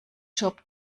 jobbt